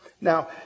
Now